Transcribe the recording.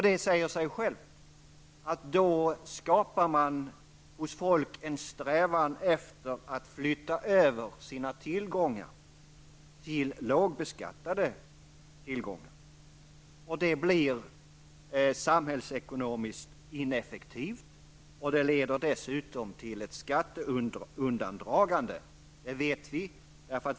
Det säger sig självt att man då skapar en strävan hos folk att flytta över sina tillgångar till lågbeskattade tillgångar. Det blir samhällsekonomiskt ineffektivt, och det leder dessutom till ett skatteundandragande -- det vet vi.